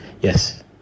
Yes